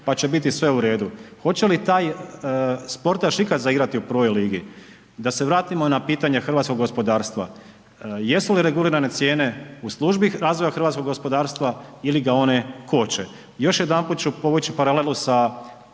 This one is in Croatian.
pa će biti sve u redu. Hoće li taj sportaš ikad zaigrati u prvoj ligi? Da se vratimo na pitanje hrvatskog gospodarstva, jesu li regulirane cijene u službi razvoja hrvatskog gospodarstva ili ga one koče? Još jedanput ću povući paralelu sa